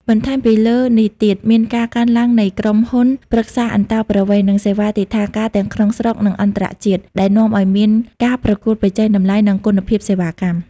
បន្ថែមពីលើនេះទៀត មានការកើនឡើងនៃក្រុមហ៊ុនប្រឹក្សាអន្តោប្រវេសន៍ និងសេវាទិដ្ឋាការទាំងក្នុងស្រុក និងអន្តរជាតិ ដែលនាំឱ្យមានការប្រកួតប្រជែងតម្លៃ និងគុណភាពសេវាកម្ម។